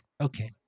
Okay